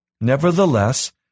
Nevertheless